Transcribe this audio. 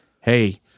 Hey